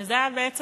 וזו בעצם